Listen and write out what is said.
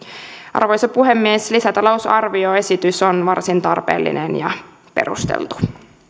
arvoisa puhemies lisätalousarvioesitys on varsin tarpeellinen ja perusteltu